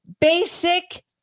Basic